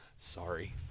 Sorry